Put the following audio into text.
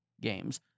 games